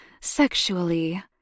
sexually